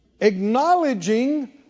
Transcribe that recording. Acknowledging